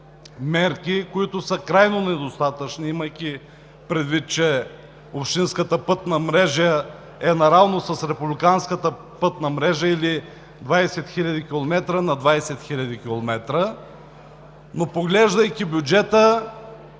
мерки, които са крайно недостатъчни, имайки предвид, че общинската пътна мрежа е наравно с републиканската или 20 000 км на 20 000 км. Но поглеждайки бюджета,